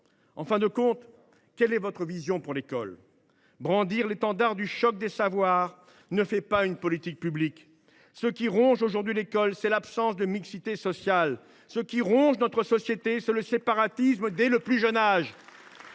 En fin de compte, quelle est votre vision pour l’école ? Brandir l’étendard du choc des savoirs ne fait pas une politique publique. Ce qui ronge l’école, c’est l’absence de mixité sociale. Ce qui ronge notre société, c’est le séparatisme dès le plus jeune âge